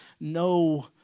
no